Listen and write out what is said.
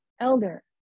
Elder